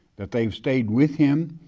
that they've stayed with him,